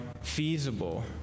feasible